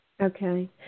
Okay